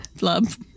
Love